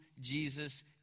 jesus